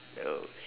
okay